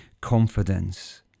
confidence